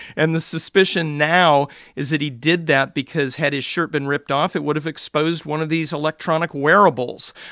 and the suspicion now is that he did that because had his shirt been ripped off, it would've exposed one of these electronic wearables.